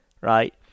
right